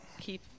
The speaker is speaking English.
keep